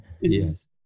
Yes